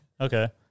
okay